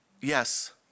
Yes